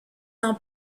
n’en